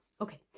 Okay